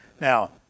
Now